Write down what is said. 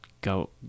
go